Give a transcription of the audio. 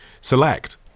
select